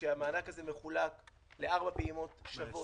כשהמענק הזה מחולק לארבע פעימות שוות